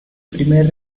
primer